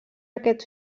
aquest